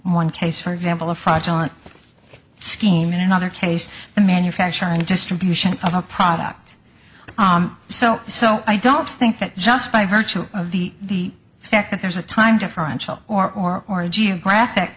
one case for example of fraudulent scheme in another case the manufacture and distribution of a product so so i don't think that just by virtue of the fact that there's a time differential or more geographic